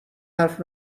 حرف